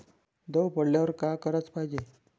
दव पडल्यावर का कराच पायजे?